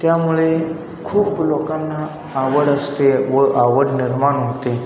त्यामुळे खूप लोकांना आवड असते व आवड निर्माण होते